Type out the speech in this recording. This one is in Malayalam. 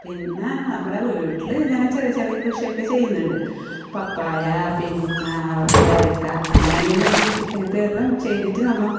പിന്നെ നമ്മുടെ വീട്ടിൽ ഇങ്ങനെ ചെറിയ ചെറിയ കൃഷിയൊക്കെ ചെയ്യുന്നുണ്ട് പപ്പായ പിന്നെ പേരക്ക അങ്ങനെയുള്ള കൃഷി ഇതെല്ലം ചെയ്തിട്ട് നമ്മൾ